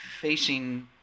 facing